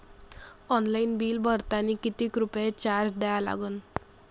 Online bill भरतानी कितीक रुपये चार्ज द्या लागन?